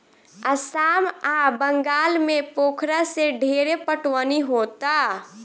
आसाम आ बंगाल में पोखरा से ढेरे पटवनी होता